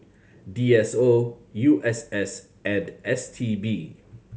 D S O U S S and S T B